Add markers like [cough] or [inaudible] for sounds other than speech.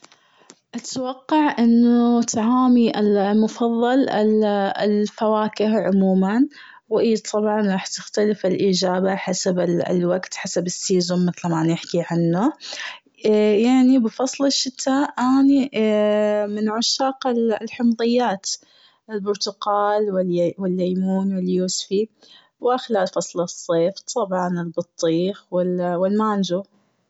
اتوقع إنه طعامي المفضل ال- الفواكه عموماً. وايد طبعاً راح تختلف الإجابة حسب الوقت حسب الوقت حسب ال season زي ما نحكي عنه [hesitation] يعني بفصل الشتاء أني [hesitation] من عشاق الحمضيات: البرتقال و ال- الليمون و اليوسفي. و خلال فصل الصيف: طبعاً البطيخ و المانجو.